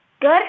Good